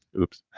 oops.